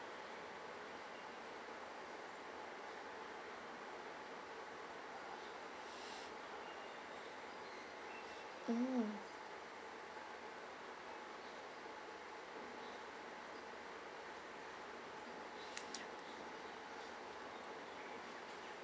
mm